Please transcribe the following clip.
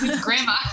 grandma